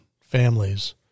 families